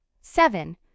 Seven